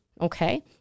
Okay